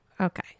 okay